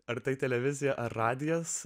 ar tai televizija radijas